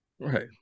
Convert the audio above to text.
Right